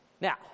Now